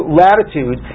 latitude